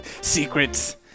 Secrets